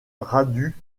radu